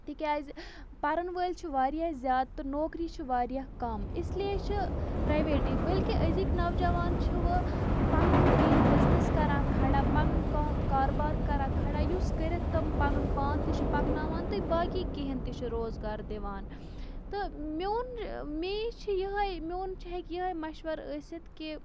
تِکیٛازِ پَرَن وٲلۍ چھِ واریاہ زیادٕ تہٕ نوکری چھِ واریاہ کَم اِسلیے چھِ پرٛایویٹٕے بٔلکہِ أزِکۍ نوجوان چھِ وۄنۍ پَنُن کیٚنٛہہ بِزنِس کَران کھڑا پَنُن کانٛہہ کاربار کَران کھڑا یُس کٔرِتھ تِم پَنُن پان تہِ چھِ پَکناوان تٕے باقٕے کیٚںٛہہ ہَن تہِ چھِ روزگار دِوان تہٕ میون مے چھِ یِہوٚے میون چھِ ہٮ۪کہِ یِہوٚے مَشوَر ٲسِتھ کہِ